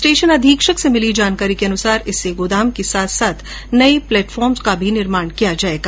station अधीक्षक से भिली जानकारी के अनुसार इससे गोदाम के साथ साथ नये प्लेटफार्म का भी निर्माण किया जाएगा